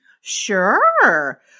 Sure